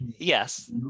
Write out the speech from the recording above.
yes